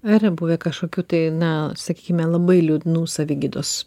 ar yra buvę kažkokių tai na sakykime labai liūdnų savigydos